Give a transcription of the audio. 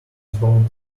bound